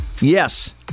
Yes